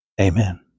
Amen